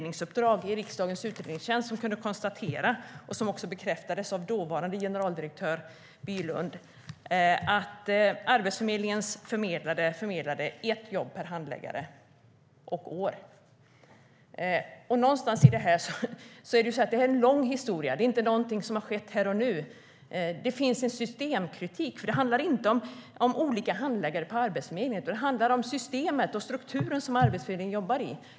Våren 2006 fick riksdagens utredningstjänst ett utredningsuppdrag och kunde konstatera, vilket också bekräftades av dåvarande generaldirektör Bylund, att Arbetsförmedlingens förmedlare förmedlade ett jobb per handläggare och år. Det har alltså en lång historia och är inte något som har skett här och nu. Det finns en systemkritik. Det handlar inte om olika handläggare på Arbetsförmedlingen; det handlar om systemet och strukturen som Arbetsförmedlingen jobbar i.